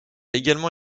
également